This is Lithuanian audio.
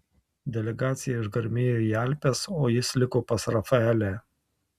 delegacija išgarmėjo į alpes o jis liko pas rafaelę